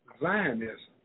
Zionism